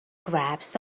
grasp